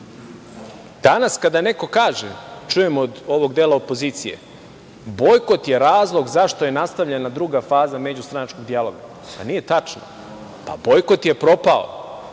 kada neko kaže, čujem od ovog dela opozicije, bojkot je razlog zašto je nastavljena druga faza međustranačkog dijaloga. Nije tačno. Bojkot je propao.